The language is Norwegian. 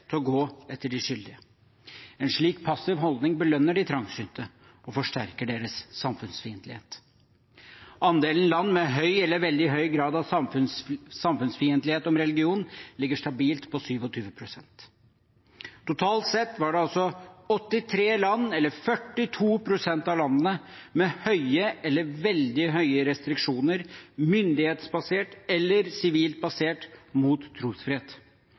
til å gå etter de skyldige. En slik passiv holdning belønner de trangsynte og forsterker deres samfunnsfiendtlighet. Andelen land med høy eller veldig høy grad av samfunnsfiendtlighet når det gjelder religion, ligger stabilt på 27 pst. Totalt sett var det 83 land, eller 42 pst. av landene med høye eller veldig høye restriksjoner, myndighetsbasert eller sivilt basert, mot trosfrihet.